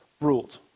ruled